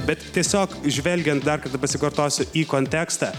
bet tiesiog žvelgiant dar kartą pasikartosiu į kontekstą